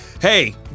hey